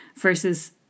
versus